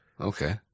Okay